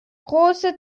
große